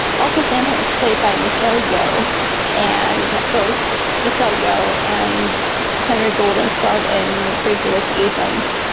also santa is played by michelle yeoh and both michelle yeoh and henry golding starred in the crazy rich asians.